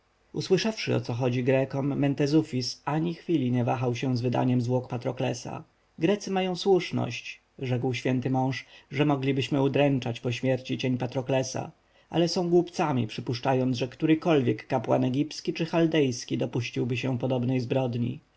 usłyszawszy o co chodzi grekom mentezufis ani chwili nie wahał się z wydaniem zwłok patroklesa grecy mają słuszność rzekł święty mąż że moglibyśmy udręczać po śmierci cień patroklesa ale są głupcami przypuszczając że którykolwiek kapłan egipski czy chaldejski dopuściłby się podobnej zbrodni